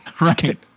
Right